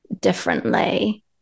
differently